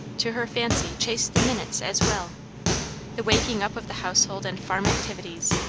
to her fancy chased the minutes as well the waking up of the household and farm activities,